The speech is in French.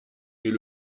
est